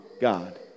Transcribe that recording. God